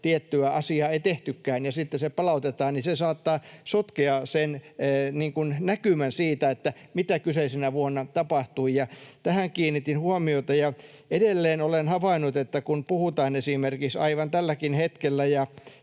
tiettyä asiaa ei tehtykään, ja sitten se palautetaan, niin se saattaa sotkea sen näkymän siitä, mitä kyseisenä vuonna tapahtui. Tähän kiinnitin huomiota. Edelleen olen havainnut, että kun puhutaan esimerkiksi aivan tälläkin hetkellä ja